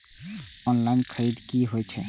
Online खरीद की होए छै?